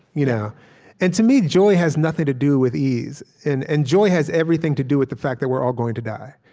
you know and to me, joy has nothing to do with ease. and and joy has everything to do with the fact that we're all going to die.